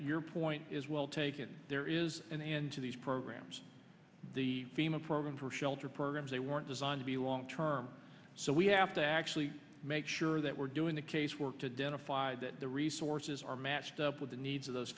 your point is well taken there is an end to these programs the fema program for shelter programs they weren't designed to be long term so we have to actually make sure that we're doing the case work to dental fi that the resources are matched up with the needs of those